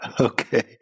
Okay